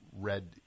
red